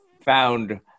found